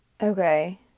Okay